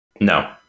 No